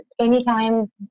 anytime